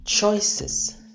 Choices